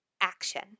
action